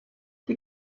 die